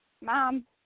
Mom